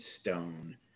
stone